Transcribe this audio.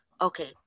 okay